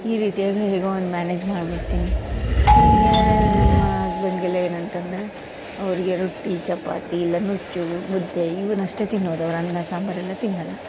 ಈ ರೀತಿಯಾಗಿ ಹೇಗೋ ಒಂದು ಮ್ಯಾನೇಜ್ ಮಾಡ್ಬಿಡ್ತೀನಿ ಹೀಗೆ ನಮ್ಮ ಹಸ್ಬೆಂಡ್ಗೆಲ್ಲ ಏನಂತಂದರೆ ಅವ್ರಿಗೆ ರೊಟ್ಟಿ ಚಪಾತಿ ಇಲ್ಲ ನುಚ್ಚು ಮುದ್ದೆ ಇವನ್ನಷ್ಟೆ ತಿನ್ನೋದು ಅವ್ರು ಅನ್ನ ಸಾಂಬಾರೆಲ್ಲ ತಿನ್ನೋಲ್ಲ